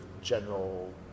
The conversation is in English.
general